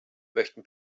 möchten